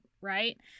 right